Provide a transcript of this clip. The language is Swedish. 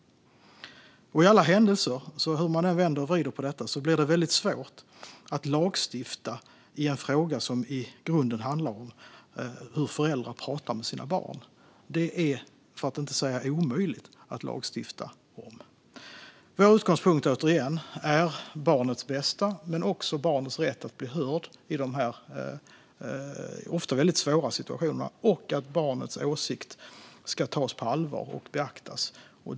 Hur man än vänder och vrider på detta är det i alla händelser väldigt svårt, för att inte säga omöjligt, att lagstifta i en fråga som i grunden handlar om hur föräldrar pratar med sina barn. Vår utgångspunkt, återigen, är barnets bästa, men också barnets rätt att bli hörd i dessa ofta väldigt svåra situationer. Barnets åsikt ska också tas på allvar och beaktas.